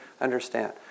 understand